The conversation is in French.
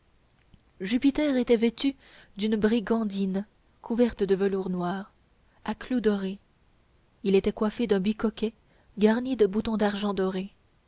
jupiter était vêtu d'une brigandine couverte de velours noir à clous dorés il était coiffé d'un bicoquet garni de boutons d'argent dorés